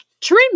Trim